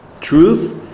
truth